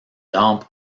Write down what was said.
rampe